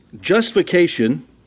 justification